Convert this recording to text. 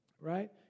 right